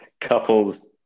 couples